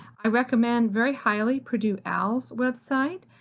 i recommend very highly purdue owl's website.